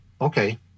okay